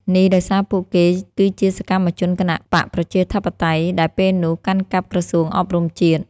នេះដោយសារពួកគេគឺជាសកម្មជនគណបក្សប្រជាធិបតេយ្យ ដែលពេលនោះ កាន់កាប់ក្រសួងអប់រំជាតិ។